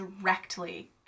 directly